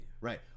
Right